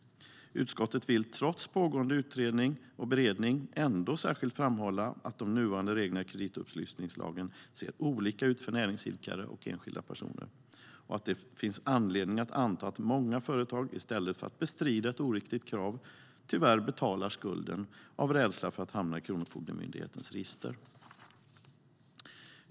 Utskottet vill trots pågående utredning och beredning ändå särskilt framhålla att de nuvarande reglerna i kreditupplysningslagen ser olika ut för näringsidkare och enskilda personer och att det finns anledning att anta att många företag i stället för att bestrida ett oriktigt krav tyvärr betalar skulden av rädsla för att hamna i Kronofogdemyndighetens register.